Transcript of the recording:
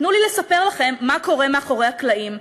תנו לי לספר לכם מה קורה מאחורי הקלעים,